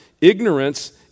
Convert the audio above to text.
Ignorance